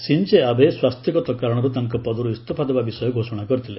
Shinzo Abe ସ୍ୱାସ୍ଥ୍ୟଗତ କାରଣର୍ତ ତାଙ୍କ ପଦର୍ ଇସ୍ତଫା ଦେବା ବିଷୟ ଘୋଷଣା କରିଥିଲେ